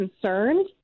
concerned